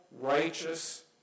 righteous